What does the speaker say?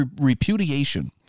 repudiation